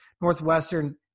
Northwestern